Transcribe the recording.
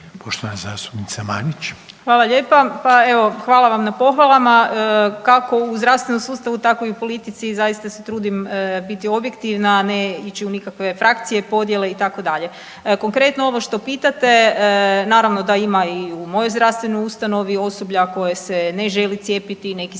Andreja (SDP)** Hvala lijepa. Pa evo hvala vam na pohvalama. Kako u zdravstvenom sustavu tako i u politici zaista se trudim biti objektivna, a ne ići u nikakve frakcije, podjele itd. Konkretno ovo što pitate naravno da ima i u mojoj zdravstvenoj ustanovi osoblja koje se ne žele cijepiti, neki